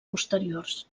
posteriors